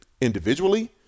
individually